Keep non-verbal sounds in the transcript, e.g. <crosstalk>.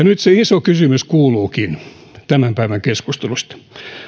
<unintelligible> nyt se iso kysymys tämän päivän keskustelusta kuuluukin